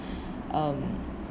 um